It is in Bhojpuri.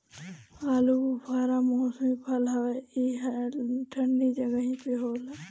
आलूबुखारा मौसमी फल हवे ई ठंडा जगही पे होला